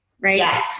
Right